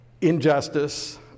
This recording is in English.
injustice